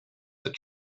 that